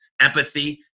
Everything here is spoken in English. empathy